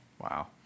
Wow